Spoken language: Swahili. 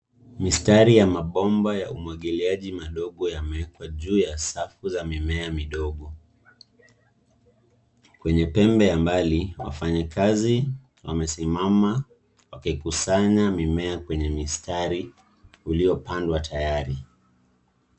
Mistari ya mabomba ya umwagiliaji madogo yamewekwa juu ya safu za mimea midogo. Kwenye pembe ya mbali wafanyikazi wamesimama wakikusanya mimea kwenye mistari uliopandwa tayari.